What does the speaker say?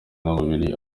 n’umubiri